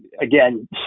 again